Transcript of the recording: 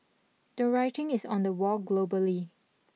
the writing is on the wall globally